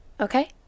okay